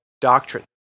doctrine